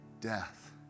death